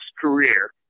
career